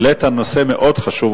העלית נושא מאוד חשוב,